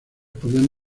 podían